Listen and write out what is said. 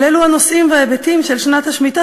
אבל אלו הנושאים וההיבטים של שנת השמיטה